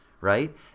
right